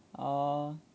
orh